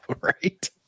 right